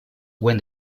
when